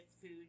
food